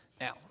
Now